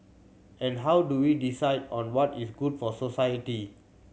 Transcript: and how do we decide on what is good for society